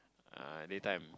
uh day time